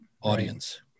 audience